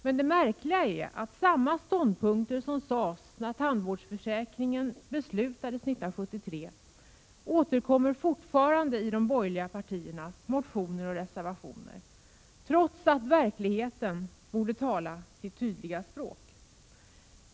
Men det märkliga är att samma ståndpunkter som framfördes när tandvårdsförsäkringen beslutades år 1973 fortfarande återkommer i de borgerliga partiernas motioner och reservationer — trots att verkligheten borde tala sitt tydliga språk.